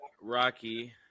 Rocky